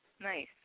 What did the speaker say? Nice